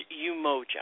Umoja